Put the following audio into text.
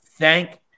Thank